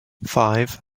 five